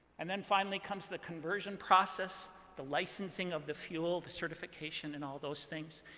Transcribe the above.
and then, finally, comes the conversion process, the licensing of the fuel, the certification, and all those things,